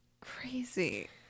crazy